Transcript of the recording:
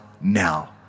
now